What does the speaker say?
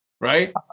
right